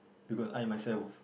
because I myself